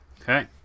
Okay